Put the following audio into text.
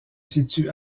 situe